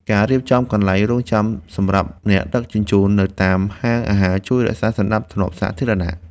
ការរៀបចំកន្លែងរង់ចាំសម្រាប់អ្នកដឹកជញ្ជូននៅតាមហាងអាហារជួយរក្សាសណ្ដាប់ធ្នាប់សាធារណៈ។